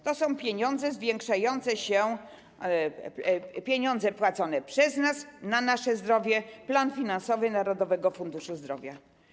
To są pieniądze zwiększające się, pieniądze płacone przez nas na nasze zdrowie, plan finansowy Narodowego Funduszu Zdrowia.